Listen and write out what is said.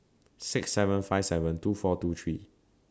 six seven five seven two four two three